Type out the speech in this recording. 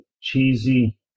cheesy